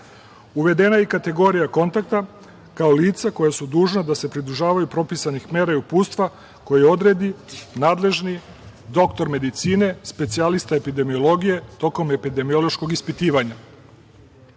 je kategorija kontakta, kao lica koja su dužna da se pridržavaju propisanih mera i uputstva koje odredi nadležni doktor medicine, specijalista epidemiologije tokom epidemiološkog ispitivanja.U